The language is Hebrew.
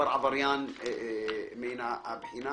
באמת.